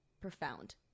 profound